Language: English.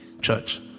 church